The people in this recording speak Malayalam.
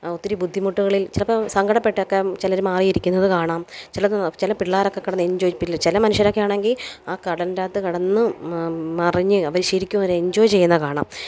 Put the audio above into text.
ഒത്തിരി ബുദ്ധിമുട്ടുകളിൽ ചിലപ്പോൾ സങ്കടപ്പെട്ടൊക്കെ ചിലർ മാറി ഇരിക്കുന്നത് കാണാം ചിലത് ചില പിള്ളേരൊക്കെ കിടന്നെഞ്ചോയ് പി ചില മനുഷ്യരൊക്കെ ആണെങ്കിൽ ആ കടലിന്റെ അകത്ത് കിടന്ന് മറിഞ്ഞു മറിഞ്ഞ് അവർ ശരിക്കും അവരെഞ്ചോയ് ചെയ്യുന്നത് കാണാം